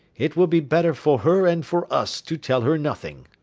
it will be better for her and for us to tell her nothing.